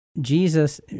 Jesus